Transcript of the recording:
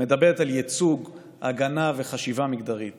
מדברת על ייצוג, הגנה, חשיבה מגדרית